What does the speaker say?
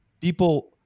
people